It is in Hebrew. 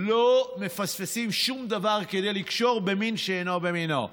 לא מפספסים שום דבר כדי לקשור מין שאינו במינו.